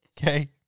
Okay